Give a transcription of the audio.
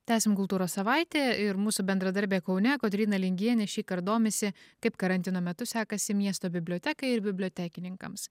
tęsiam kultūros savaitė ir mūsų bendradarbė kaune kotryna lingienė šįkart domisi kaip karantino metu sekasi miesto bibliotekai ir bibliotekininkams